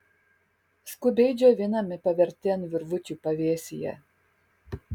skubiai džiovinami paverti ant virvučių pavėsyje